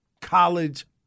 college